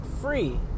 free